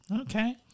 Okay